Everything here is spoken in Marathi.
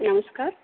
नमस्कार